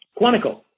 Quantico